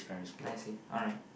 I see alright